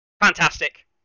Fantastic